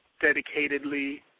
dedicatedly